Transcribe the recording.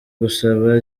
gusaba